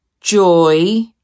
joy